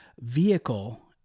vehicle